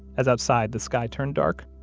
as outside the sky turned dark